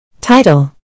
Title